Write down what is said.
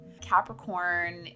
Capricorn